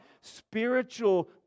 Spiritual